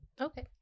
okay